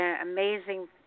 amazing